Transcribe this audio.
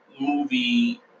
movie